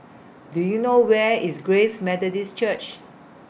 Do YOU know Where IS Grace Methodist Church